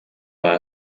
out